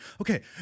okay